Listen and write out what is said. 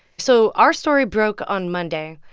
so our story broke on monday.